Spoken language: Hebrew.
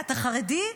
אתה חרדי?